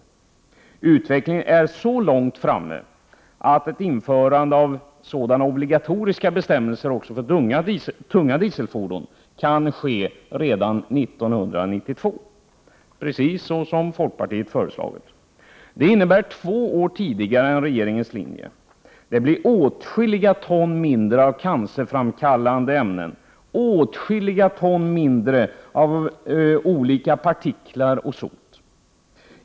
Utvecklingen är så långt framme att ett införande av obligatoriska bestämmelser för tunga dieselfordon kan ske redan 1992, precis som folkpartiet har föreslagit. Det är två år tidigare än regeringens linje. Det blir åtskilliga ton mindre cancerframkallande ämnen, åtskilliga ton mindre av olika partiklar och sot.